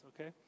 okay